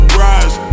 rise